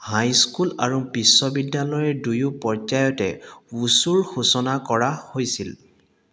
high school আৰু বিশ্ববিদ্যালয় দুয়ো পৰ্যায়তে উছুৰ সূচনা কৰা হৈছিল